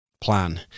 plan